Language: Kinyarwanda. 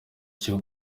cyo